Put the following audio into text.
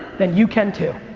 then you can too.